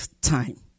time